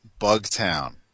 Bugtown